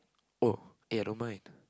oh eh I don't mind